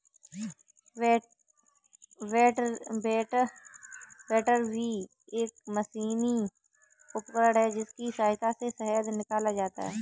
बैटरबी एक मशीनी उपकरण है जिसकी सहायता से शहद निकाला जाता है